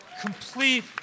complete